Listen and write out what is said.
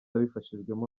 abifashijwemo